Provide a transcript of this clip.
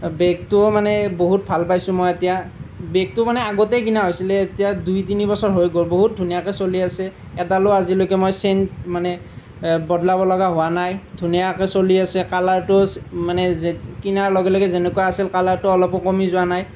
বেগটোও মানে বহুত ভাল পাইছোঁ মই এতিয়া বেগটো মানে আগতেই কিনা হৈছিলে এতিয়া দুই তিনি বছৰ হৈ গ'ল বহুত ধুনীয়াকৈ চলি আছে এডালো আজিলৈকে মই চেইন মানে বদলাব লগা হোৱা নাই ধুনীয়াকৈ চলি আছে কালাৰটো মানে কিনাৰ লগে লগে যেনেকুৱা আছিল কালাৰটো অলপো কমি যোৱা নাই